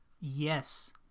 Yes